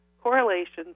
correlations